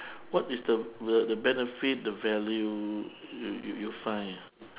what is the the the benefit the value you you you find